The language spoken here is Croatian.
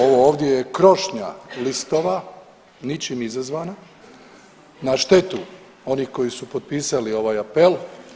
Ovo ovdje je krošnja listova ničim izazvana na štetu onih koji su potpisali ovaj apel.